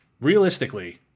realistically